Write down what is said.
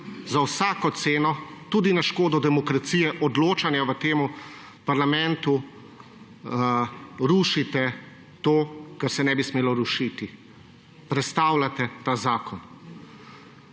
za vsako ceno, tudi na škodo demokracije odločanja, v tem parlamentu rušite to, česar se ne bi smelo rušiti, razstavljate ta zakon.